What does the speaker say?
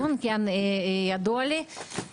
ידוע לי שיהיה דיון.